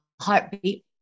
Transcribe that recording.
heartbeat